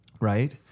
right